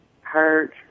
hurt